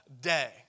day